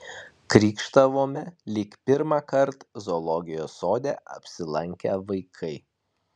krykštavome lyg pirmąkart zoologijos sode apsilankę vaikai